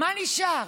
מה נשאר?